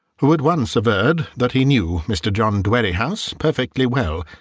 who at once averred that he knew mr. john dwerrihouse perfectly well,